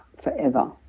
forever